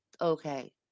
okay